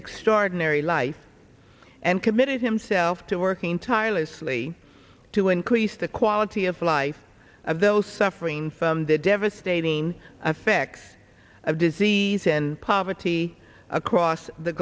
extraordinary life and committed himself to working tirelessly to increase the quality of life of those suffering from the devastating effects of disease these and poverty across the